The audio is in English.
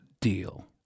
deal